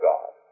God